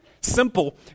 Simple